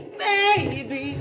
baby